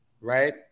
right